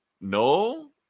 no